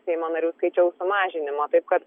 seimo narių skaičiaus sumažinimo taip kad